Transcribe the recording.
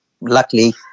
luckily